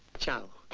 ciao,